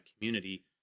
community